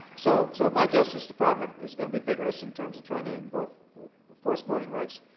so so my justice department is going to be vigorous in terms of trying to and but enforce voting rights.